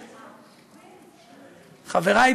חברי,